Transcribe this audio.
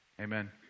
amen